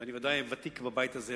ואני ודאי ותיק בבית הזה,